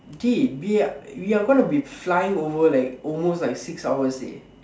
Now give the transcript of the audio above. dey we we are gonna be flying over like almost like six hours eh